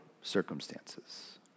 circumstances